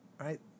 right